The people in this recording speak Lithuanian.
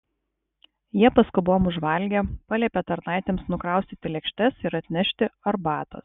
jie paskubom užvalgė paliepė tarnaitėms nukraustyti lėkštes ir atnešti arbatos